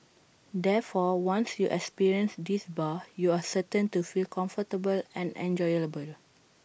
therefore once you experience this bar you are certain to feel comfortable and enjoyable